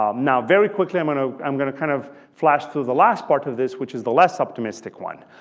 um now, very quickly, i'm mean and ah i'm going to kind of flash through the last part of this, which is the less optimistic one.